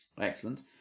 Excellent